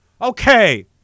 Okay